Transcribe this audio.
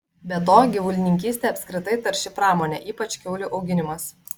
be to gyvulininkystė apskritai tarši pramonė ypač kiaulių auginimas